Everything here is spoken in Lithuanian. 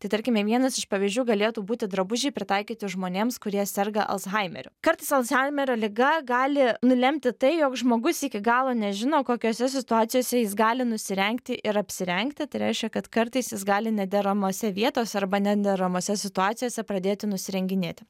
tai tarkime vienas iš pavyzdžių galėtų būti drabužiai pritaikyti žmonėms kurie serga alzhaimeriu kartais alzhaimerio liga gali nulemti tai jog žmogus iki galo nežino kokiose situacijose jis gali nusirengti ir apsirengti tai reiškia kad kartais jis gali nederamose vietose arba nederamose situacijose pradėti nusirenginėti